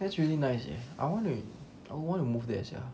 that's really nice eh I want I want to move there sia